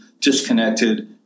disconnected